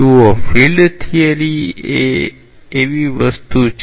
જુઓ field theory એ એવી વસ્તુ છે